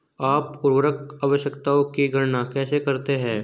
आप उर्वरक आवश्यकताओं की गणना कैसे करते हैं?